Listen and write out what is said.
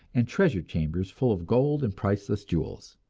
and treasure-chambers full of gold and priceless jewels.